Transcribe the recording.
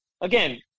again